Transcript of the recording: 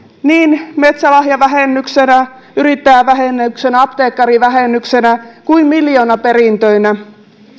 niin metsälahjavähennyksenä yrittäjävähennyksenä apteekkarivähennyksenä kuin miljoonaperintöinä